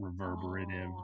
reverberative